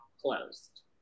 closed